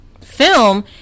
film